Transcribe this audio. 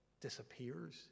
disappears